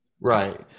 right